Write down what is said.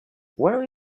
where